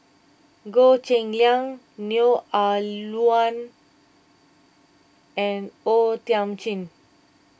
Goh Cheng Liang Neo Ah Luan and O Thiam Chin